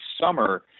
summer